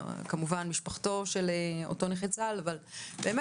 כמובן עבור משפחתו של אותו נכה צה"ל אבל באמת